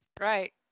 Right